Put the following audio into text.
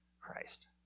Christ